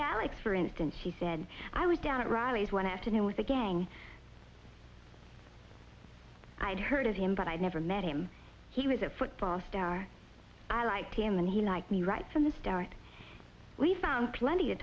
alex for instance she said i was down at riley's one afternoon with a gang i'd heard of him but i'd never met him he was a football star i liked him and he liked me right from the start we found plenty to